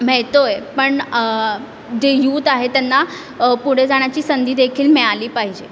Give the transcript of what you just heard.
मिळतो आहे पण जे युत आहे त्यांना पुढे जाण्याची संधी देखील मिळाली पाहिजे